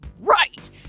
right